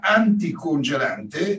anticongelante